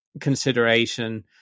consideration